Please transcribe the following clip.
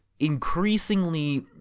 increasingly